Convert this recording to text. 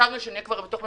חשבנו שתהיה ממשלה